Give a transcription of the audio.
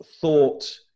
thought